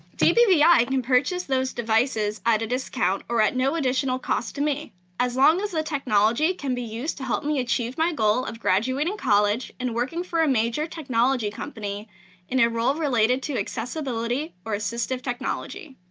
dbvi can i mean purchase those devices at a discount or at no additional cost to me as long as the technology can be used to help me achieve my goal of graduating college and working for a major technology company in a role related to accessibility or assistive technology.